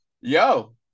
yo